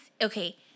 okay